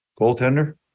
Goaltender